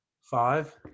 Five